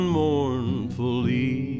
mournfully